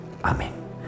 Amen